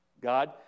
God